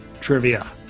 trivia